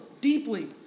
deeply